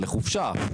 לחופשה,